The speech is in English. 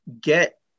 get